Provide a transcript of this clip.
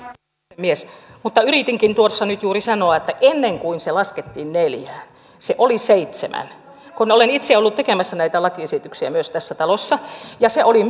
puhemies mutta yritinkin tuossa nyt juuri sanoa että ennen kuin se laskettiin neljään se oli seitsemän olen itse ollut tekemässä näitä lakiesityksiä myös tässä talossa ja se oli